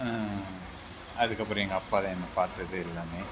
அதுக்கப்புறம் எங்கள் அப்பா தான் என்னை பார்த்தது எல்லாமே